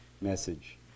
message